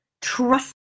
trust